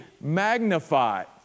magnified